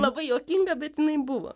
labai juokinga bet jinai buvo